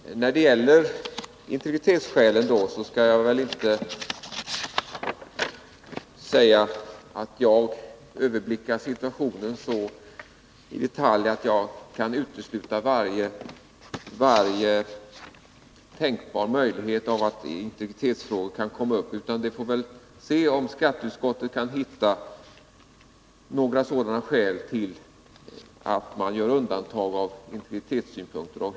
Fru talman! När det gäller integritetsskälen skall jag inte säga att jag överblickar situationen så i detalj att jag kan utesluta varje tänkbar möjlighet till att integritetsfrågor kan komma upp. Vi får väl se om skatteutskottet kan hitta några skäl att göra undantag från integritetsynpunkt.